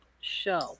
show